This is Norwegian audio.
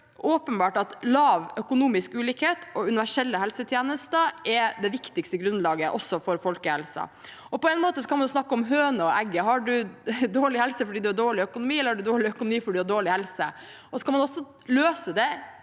åpenbart at lav økonomisk ulikhet og universelle helsetjenester er det viktigste grunnlaget også for folkehelsen. På en måte kan man snakke om høna og egget: Har man dårlig helse fordi man har dårlig økonomi, eller dårlig økonomi fordi man har dårlig helse? Man kan finne en løsning